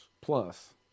plus